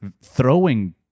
throwing